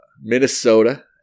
Minnesota